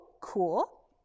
cool